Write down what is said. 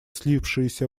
слипшиеся